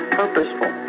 purposeful